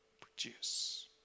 produce